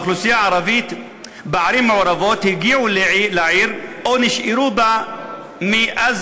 מהאוכלוסייה הערבית בערים המעורבות הגיעו לעיר או נשארו בה מאז